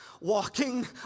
walking